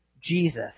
Jesus